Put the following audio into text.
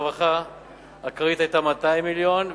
הרווחה והבריאות: הכרית היתה 200 מיליון,